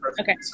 Okay